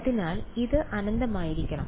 അതിനാൽ ഇത് അനന്തമായിരിക്കണം